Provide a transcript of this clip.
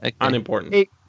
unimportant